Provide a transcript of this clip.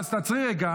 אז תעצרי רגע